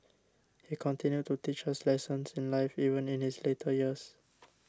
he continued to teach us lessons in life even in his later years